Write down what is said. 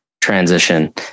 transition